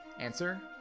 Answer